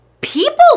People